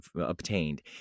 obtained